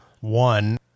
One